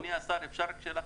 אדוני השר, שאלה.